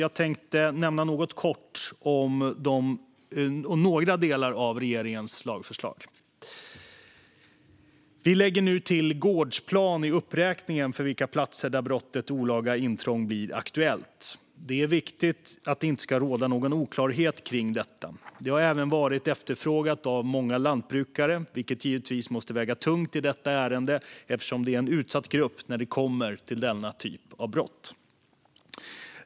Jag tänkte nämna något kort om några delar av regeringens lagförslag. Vi lägger till "gårdsplan" i uppräkningen av vilka platser där brottet olaga intrång blir aktuellt. Det är viktigt för att det inte ska råda någon oklarhet om detta. Det har även varit efterfrågat av många lantbrukare, vilket givetvis måste väga tungt i detta ärende eftersom det är en utsatt grupp när det kommer till denna typ av brott.